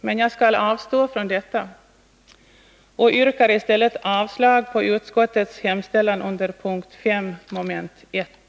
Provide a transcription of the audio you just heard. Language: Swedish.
Men jag skall avstå från detta och yrkar i stället avslag på utskottets hemställan under punkt 5, mom. 1.